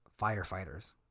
Firefighters